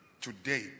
Today